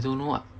don't know what